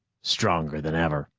stronger than ever.